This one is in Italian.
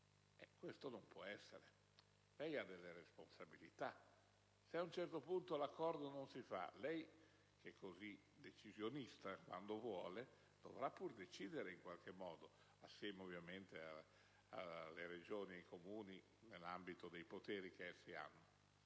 Questo non può essere. Lei ha delle responsabilità: se ad un certo punto l'accordo non si fa, lei, che è così decisionista quando vuole, dovrà pur decidere in qualche modo - assieme, ovviamente, alle Regioni e ai Comuni, nell'ambito dei poteri che essi hanno